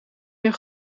meer